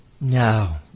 No